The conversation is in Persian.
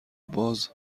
باز